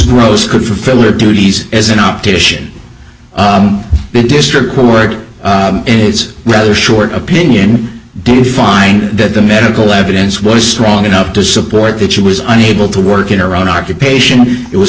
grose could filler duties as an optician but district court it's rather short opinion to find that the medical evidence was strong enough to support that she was unable to work in her own occupation it was